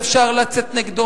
אפשר לצאת נגד,